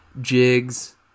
jigs